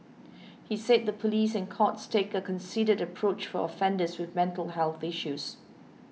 he said the police and courts take a considered approach for offenders with mental health issues